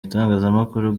itangazamakuru